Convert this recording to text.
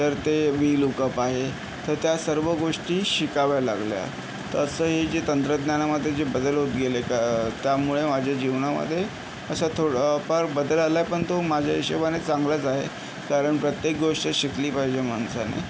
तर ते V lookup आहे तर त्या सर्व गोष्टी शिकाव्या लागल्या तर असं हे जे तंत्रज्ञानामध्ये जे बदल होत गेले त्यामुळे माझ्या जीवनामध्ये अशा थोडं फार बदल आला पण तो माझ्या हिशोबाने चांगलाच आहे कारण प्रत्येक गोष्ट शिकली पाहिजे माणसाने